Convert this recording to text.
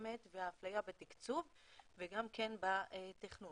הקיימת והאפליה בתקצוב וגם בתכנון.